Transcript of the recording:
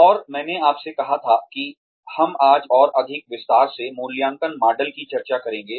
और मैंने आपसे कहा था कि हम आज और अधिक विस्तार से मूल्यांकन मॉडल की चर्चा करेंगे